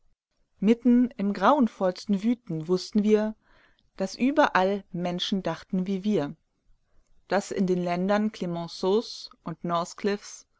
mitten im grauenvollsten wüten wußten wir daß überall menschen dachten wie wir daß in den ländern clemenceaus und